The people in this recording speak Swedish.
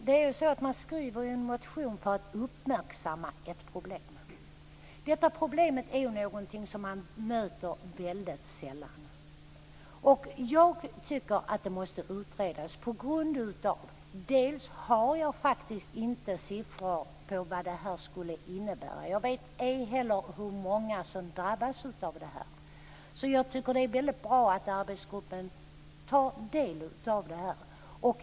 Fru talman! Man skriver en motion för att uppmärksamma ett problem. Detta problem är någonting som man möter väldigt sällan. Jag tycker att detta måste utredas. Jag har inte siffror på vad det här skulle innebära. Jag vet ej heller hur många som drabbas av detta. Jag tycker att det är väldigt bra att arbetsgruppen tar del av det här.